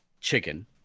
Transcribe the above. chicken